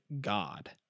God